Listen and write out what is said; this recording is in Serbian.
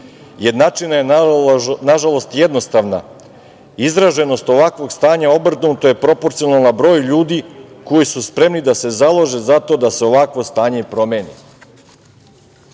jednačina je nažalost jednostavna, izraženost ovakvog stanja obrnuto je proporcionalna broju ljudi koji su spremni da se založe za to da se ovakvo stanje promeni.